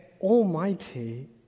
Almighty